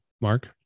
Mark